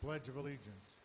pledge of allegiance